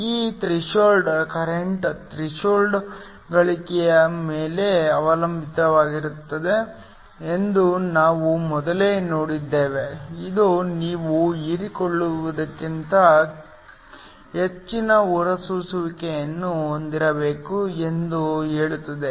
ಈ threshold current threshold ಗಳಿಕೆಯ ಮೇಲೆ ಅವಲಂಬಿತವಾಗಿದೆ ಎಂದು ನಾವು ಮೊದಲೇ ನೋಡಿದ್ದೇವೆ ಇದು ನೀವು ಹೀರಿಕೊಳ್ಳುವುದಕ್ಕಿಂತ ಹೆಚ್ಚಿನ ಹೊರಸೂಸುವಿಕೆಯನ್ನು ಹೊಂದಿರಬೇಕು ಎಂದು ಹೇಳುತ್ತದೆ